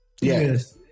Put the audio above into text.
yes